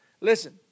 Listen